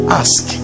ask